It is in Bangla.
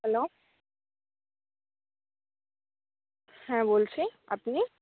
হ্যালো হ্যাঁ বলছি আপনি